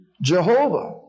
Jehovah